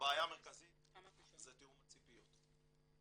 הבעיה המרכזית זה תיאום הציפיות,